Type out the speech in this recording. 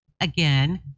again